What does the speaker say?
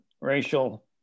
racial